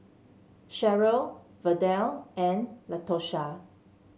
Cheryl Verdell and Latosha